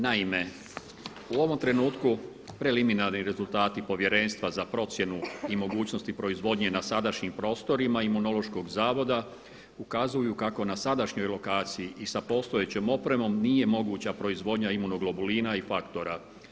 Naime, u ovom trenutku preliminarni rezultati Povjerenstva za procjenu i mogućnosti proizvodnje na sadašnjim prostorima Imunološkog zavoda ukazuju kako na sadašnjoj lokaciji i sa postojećom opremom nije moguća proizvodnja imunoglobulina i faktora.